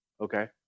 Okay